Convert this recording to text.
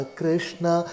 krishna